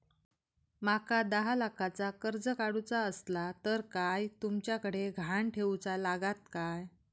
माका दहा लाखाचा कर्ज काढूचा असला तर काय तुमच्याकडे ग्हाण ठेवूचा लागात काय?